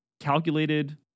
calculated